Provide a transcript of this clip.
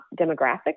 demographics